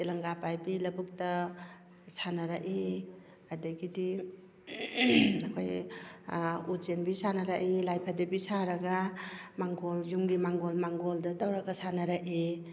ꯇꯦꯂꯪꯒ ꯄꯥꯏꯕꯤ ꯂꯕꯨꯛꯇ ꯁꯥꯟꯅꯔꯛꯏ ꯑꯗꯨꯗꯒꯤꯗꯤ ꯑꯩꯈꯣꯏ ꯎꯆꯦꯟꯕꯤ ꯁꯥꯟꯅꯔꯛꯏ ꯂꯥꯏ ꯐꯗꯤꯕꯤ ꯁꯥꯔꯒ ꯃꯥꯡꯒꯣꯜ ꯌꯨꯝꯒꯤ ꯃꯥꯡꯒꯣꯜ ꯃꯥꯡꯒꯣꯜꯗ ꯇꯧꯔꯒ ꯁꯥꯟꯅꯔꯛꯏ